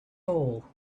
hole